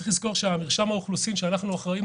צריך לזכור שמרשם האוכלוסין שאנחנו אחראיים